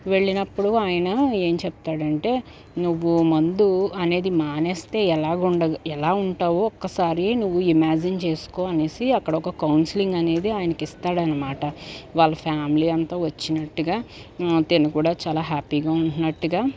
వెళ్ళినప్పుడు ఆయన ఏం చెప్తాడంటే నువ్వు మందు అనేది మానేస్తే ఎలాగుండదో ఎలా ఉంటావో ఒక్కసారి నువ్వు ఇమాజిన్ చేసుకో అనేసి అక్కడ ఒక కౌన్సిలింగ్ అనేది ఆయనకి ఇస్తాడనమాట వాళ్ళ ఫ్యామిలీ అంత వచ్చినట్టగా తనుకూడ చాలా హ్యాపీగా ఉంటున్నట్టుగా